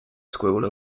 squirrel